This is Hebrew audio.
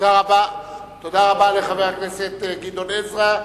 תודה רבה לחבר הכנסת גדעון עזרא,